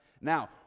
Now